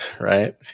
right